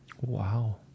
Wow